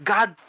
God